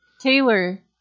Taylor